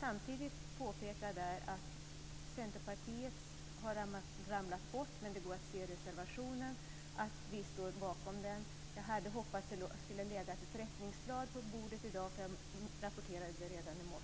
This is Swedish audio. Samtidigt vill jag påpeka att Centerpartiets namn har ramlat bort, men det framgår av reservationen att vi står bakom den. Jag hade hoppats att det skulle ha legat ett rättningsblad på bordet i dag, eftersom jag rapporterade detta redan i morse.